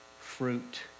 fruit